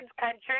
country